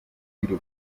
guido